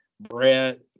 Brett